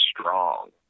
strong